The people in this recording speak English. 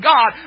God